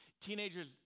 teenagers